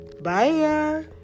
Bye